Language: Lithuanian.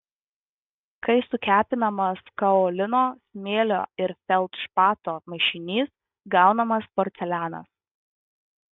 kai sukepinamas kaolino smėlio ir feldšpato mišinys gaunamas porcelianas